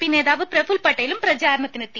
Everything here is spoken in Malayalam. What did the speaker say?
പി നേതാവ് പ്രഫുൽ പട്ടേലും പ്രചാരണത്തിനെത്തി